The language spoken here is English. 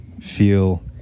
feel